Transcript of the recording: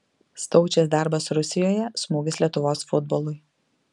staučės darbas rusijoje smūgis lietuvos futbolui